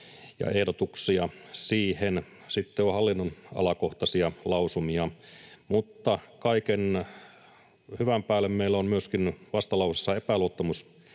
ja ehdotuksia siihen. Sitten on hallinnonalakohtaisia lausumia. Mutta kaiken hyvän päälle meillä on vastalauseessa myöskin